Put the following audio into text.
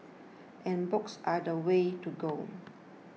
and books are the way to go